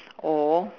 or